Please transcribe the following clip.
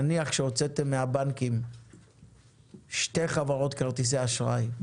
נניח שהוצאתם מהבנקים שתי חברות כרטיסי אשראי,